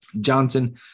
Johnson